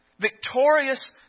Victorious